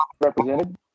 represented